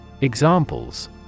Examples